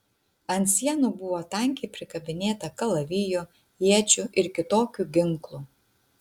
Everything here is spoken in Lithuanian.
ant sienų buvo tankiai prikabinėta kalavijų iečių ir kitokių ginklų